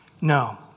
No